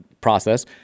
process